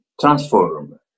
transform